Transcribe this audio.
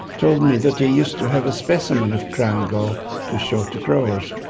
told me that he used to have a specimen of crown gall to show to growers.